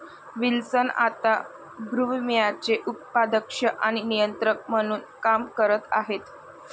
Wilson आता गृहविम्याचे उपाध्यक्ष आणि नियंत्रक म्हणून काम करत आहेत